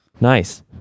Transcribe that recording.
Nice